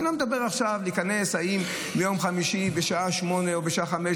אני לא מדבר עכשיו על להיכנס ביום חמישי בשעה 20:00 או בשעה 17:00